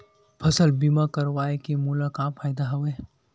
फसल बीमा करवाय के मोला का फ़ायदा हवय?